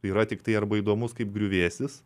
yra tiktai arba įdomus kaip griuvėsis